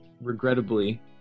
Regrettably